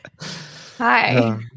Hi